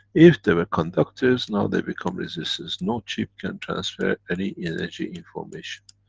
if they ah conductors now they become resistors. no chip can transfer any energy information.